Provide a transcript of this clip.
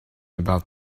about